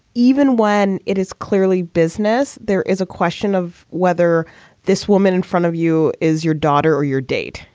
even when it is clearly business, there is a question of whether this woman in front of you is your daughter or your date.